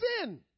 sin